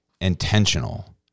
intentional